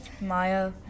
Maya